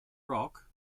rock